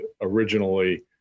originally